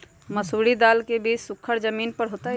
मसूरी दाल के बीज सुखर जमीन पर होतई?